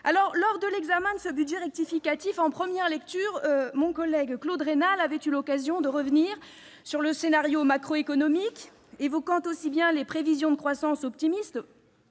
Lors de l'examen de ce projet de budget rectificatif en première lecture, mon collègue Claude Raynal avait eu l'occasion de revenir sur le scénario macroéconomique, évoquant aussi bien les prévisions de croissance optimistes-